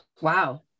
Wow